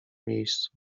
miejscu